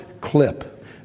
clip